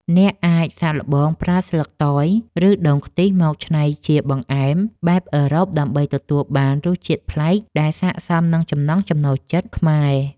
អ្នកអាចសាកល្បងប្រើស្លឹកតយ ឬដូងខ្ទិះមកច្នៃជាបង្អែមបែបអឺរ៉ុបដើម្បីទទួលបានរសជាតិប្លែកដែលស័ក្តិសមនឹងចំណង់ចំណូលចិត្តខ្មែរ។